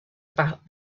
about